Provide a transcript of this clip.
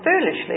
foolishly